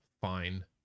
fine